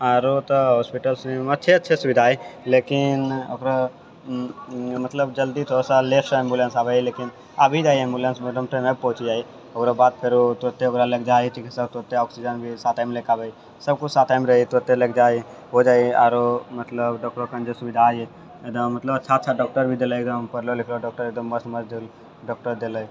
आओर तऽ हॉस्पिटल सनि अच्छे अच्छे सुविधा अछि लेकिन ओकरा मतलब जल्दी थोडासँ लेटसँ एम्बुलेन्स आबैए लेकिन आबि जाइए एम्बुलेन्स मतलब टाइमे पर पहुँचि जाइए ओकर बाद फेरो तुरते ओकरा लएके जाइए चिक्तिसा तुरते ऑक्सिजन भी साथमे लेएके आबैए सभ किछु साथेमे रहैए तुरते लागि जाइए हो जाइए आओर मतलब डॉक्टर ओतऽ जे सुविधा यऽ एकदम मतलब अच्छा अच्छा डॉक्टर भी एकदम पढ़लो लिखलो डॉक्टर एकदम मस्त मस्त जे डॉक्टर देलए